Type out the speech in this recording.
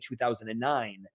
2009